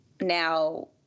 now